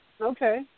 Okay